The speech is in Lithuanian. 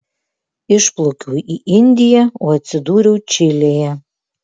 išplaukiau į indiją o atsidūriau čilėje